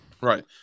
Right